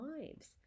lives